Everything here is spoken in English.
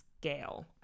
scale